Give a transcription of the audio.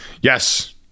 yes